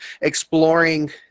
exploring